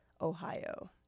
Ohio